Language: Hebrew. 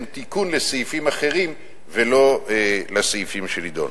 תיקון לסעיפים אחרים ולא לסעיפים שנדונו.